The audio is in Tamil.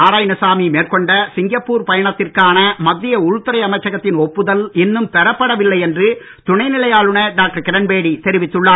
நாராயணசாமி மேற்கொண்ட சிங்கப்பூர் பயணத்திற்கான மத்திய உள்துறை அமைச்சகத்தின் ஒப்புதல் இன்னும் பெறப்படவில்லை என்று துணைநிலை ஆளுநர் டாக்டர் கிரண்பேடி தெரிவித்துள்ளார்